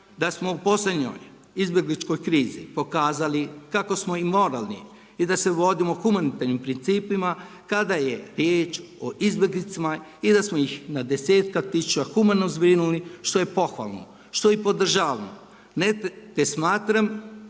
da smo u posljednjoj izbjegličkoj krizi pokazali kako smo i moralni i da se vodimo humanitarnim principima kada je riječ o izbjeglicama i da smo ih na desetke tisuće humano zbrinuli što je pohvalno, što i podržavam.